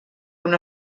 una